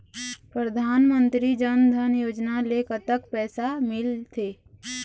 परधानमंतरी जन धन योजना ले कतक पैसा मिल थे?